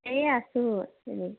এই আছোঁ এনেই